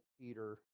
Peter